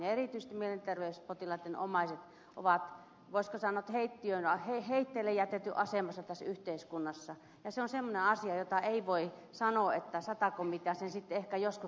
erityisesti mielenterveyspotilaitten omaiset ovat voisiko sanoa heitteille jätetyn asemassa tässä yhteiskunnassa ja se on semmoinen asia josta ei voi sanoa että sata komitea sen sitten ehkä joskus ratkaisee